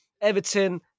Everton